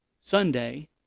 Sunday